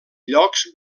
llocs